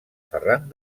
ferran